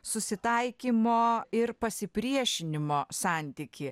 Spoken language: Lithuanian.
susitaikymo ir pasipriešinimo santykį